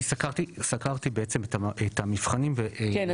אני סקרתי את המבחנים ו --- כן,